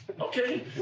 Okay